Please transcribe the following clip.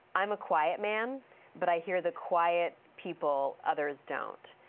i'm a quiet man but i hear the quiet people others don't.